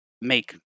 make